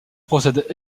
procède